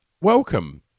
welcome